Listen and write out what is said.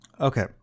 okay